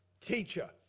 teacher